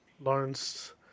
lawrence